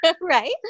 right